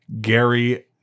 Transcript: Gary